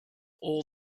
all